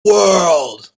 world